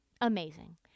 Amazing